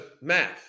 math